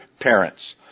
parents